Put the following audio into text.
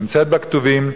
נמצאת בכתובים.